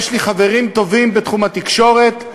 יש לי חברים טובים בתחום התקשורת,